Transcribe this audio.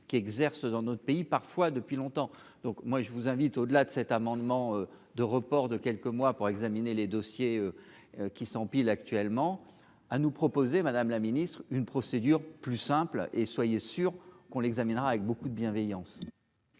qui exercent dans notre pays, parfois depuis longtemps, donc moi je vous invite au delà de cet amendement de report de quelques mois pour examiner les dossiers qui s'empilent actuellement à nous proposer, Madame la Ministre, une procédure plus simple et soyez sûrs qu'on l'examinera avec beaucoup de bienveillance.